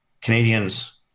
Canadians